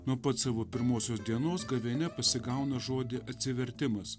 nuo pat savo pirmosios dienos gavėnia pasigauna žodį atsivertimas